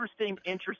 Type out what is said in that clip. interesting